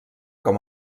com